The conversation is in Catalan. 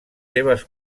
seves